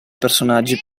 personaggi